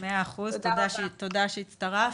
תודה שהצטרפת.